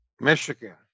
Michigan